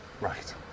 right